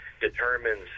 determines